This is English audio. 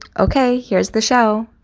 ok, here's the show